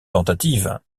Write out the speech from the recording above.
tentative